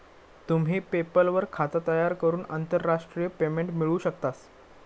तुम्ही पेपल वर खाता तयार करून आंतरराष्ट्रीय पेमेंट मिळवू शकतास